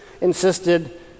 insisted